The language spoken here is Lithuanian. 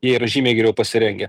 jie yra žymiai geriau pasirengę